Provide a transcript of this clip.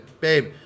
babe